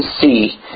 see